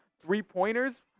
three-pointers